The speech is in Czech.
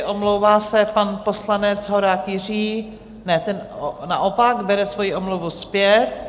Omlouvá se pan poslanec Horák Jiří, ne, ten naopak bere svoji omluvu zpět.